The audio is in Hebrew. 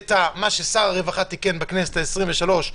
את מה ששר הרווחה תיקן בכנסת ה-23,